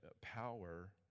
power